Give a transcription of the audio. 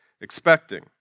expecting